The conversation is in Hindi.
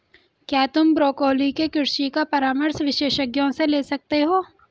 क्या तुम ब्रोकोली के कृषि का परामर्श विशेषज्ञों से ले सकते हो?